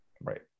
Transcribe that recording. Right